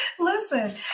Listen